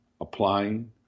applying